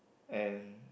and